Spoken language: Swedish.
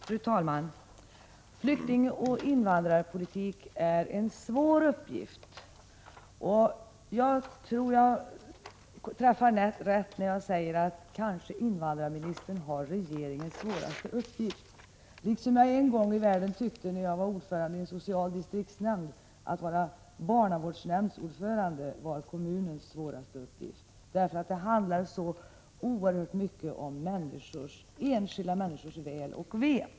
Fru talman! Att sköta flyktingoch invandringspolitik är en svår uppgift. Jag tror jag träffar rätt när jag säger att invandrarministern har regeringens svåraste uppgift att sköta. När jag en gång i världen var ordförande i en social distriktshämnd tyckte jag att kommunens svåraste uppgift var att vara barnavårdsnämndsordförande. Det hela handlar så oerhört mycket om enskilda människors väl och ve.